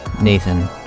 Nathan